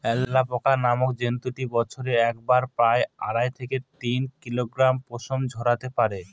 alpaca নামক জন্তুটি বছরে একবারে প্রায় আড়াই থেকে তিন কিলোগ্রাম পশম ঝোরাতে পারে